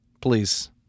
please